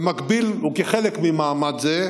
במקביל, וכחלק ממאמץ זה,